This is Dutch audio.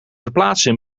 verplaatsen